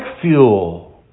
fuel